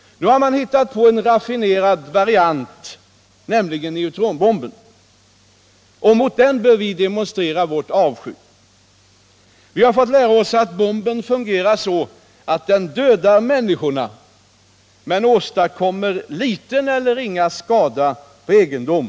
Nu har man hittat på en raffinerad variant: neutronbomben. Mot den bör vi demonstrera vår avsky. Vi har fått lära oss att bomben fungerar så att den dödar människorna men åstadkommer ringa skada på egendom.